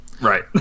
right